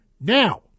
Now